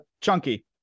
Chunky